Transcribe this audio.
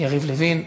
יריב לוין.